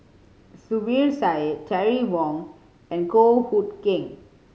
Zubir Said Terry Wong and Goh Hood Keng